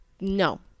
no